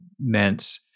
meant